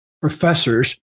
professors